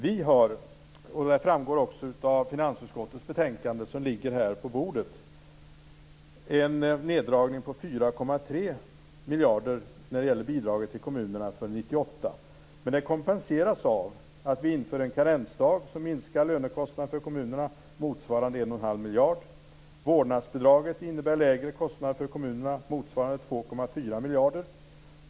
Vi moderater föreslår - vilket också framgår av finansutskottets betänkande som ligger här på bordet - en neddragning på 4,3 miljarder när det gäller bidraget till kommunerna för 1998. Men det kompenseras av att vi inför en karensdag som minskar lönekostnaderna för kommunerna motsvarande 1 1⁄2 miljard. Vårdnadsbidraget innebär lägre kostnader för kommunerna motsvarande 2,4 miljarder.